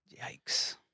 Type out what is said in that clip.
Yikes